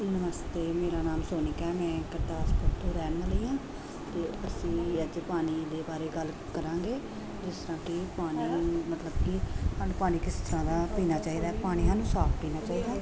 ਨਮਸਤੇ ਮੇਰਾ ਨਾਮ ਸੋਨੀਕਾ ਮੈਂ ਗੁਰਦਾਸਪੁਰ ਤੋਂ ਰਹਿਣ ਵਾਲੀ ਹਾਂ ਅਤੇ ਅਸੀਂ ਅੱਜ ਪਾਣੀ ਦੇ ਬਾਰੇ ਗੱਲ ਕਰਾਂਗੇ ਜਿਸ ਤਰ੍ਹਾਂ ਕਿ ਪਾਣੀ ਵੀ ਮਤਲਬ ਕਿ ਸਾਨੂੰ ਪਾਣੀ ਕਿਸੇ ਤਰ੍ਹਾਂ ਦਾ ਪੀਣਾ ਚਾਹੀਦਾ ਪਾਣੀ ਸਾਨੂੰ ਸਾਫ ਪੀਣਾ ਚਾਹੀਦਾ